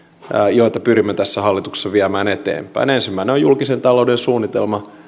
joita pyrimme tässä hallituksessa viemään eteenpäin ensimmäinen on julkisen talouden suunnitelma